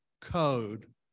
code